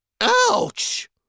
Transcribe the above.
Ouch